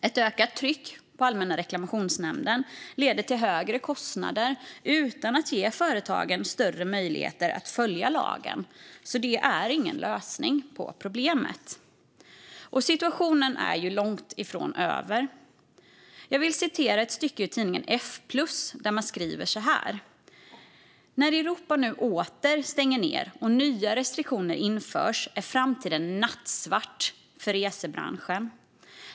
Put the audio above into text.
Ett ökat tryck på Allmänna reklamationsnämnden leder till högre kostnader utan att ge företagen större möjligheter att följa lagen, så det är ingen lösning på problemet. Och situationen är långt ifrån över. Jag vill citera ett stycke ur tidningen Fplus där man skriver så här: "När Europa nu åter stänger ned och nya restriktioner införs är framtiden nattsvart för resebranschen."